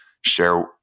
share